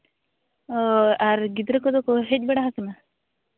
ᱚ ᱟᱨ ᱜᱤᱫᱽᱨᱟᱹ ᱠᱚᱫᱚ ᱠᱚ ᱦᱮᱡ ᱵᱟᱲᱟ ᱟᱠᱟᱱᱟ